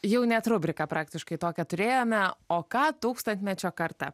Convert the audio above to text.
jau net rubriką praktiškai tokią turėjome o ką tūkstantmečio karta